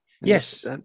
Yes